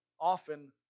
often